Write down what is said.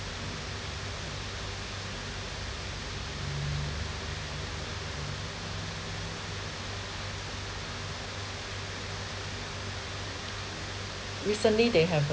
recently they have